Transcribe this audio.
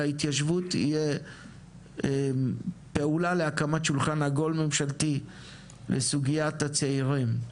ההתיישבות יהיה פעולה להקמת שולחן עגול ממשלתי לסוגיית הצעירים.